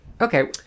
Okay